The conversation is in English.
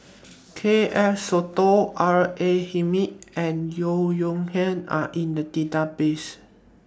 K F Seetoh R A Hamid and Yeo Yong Nian Are in The databases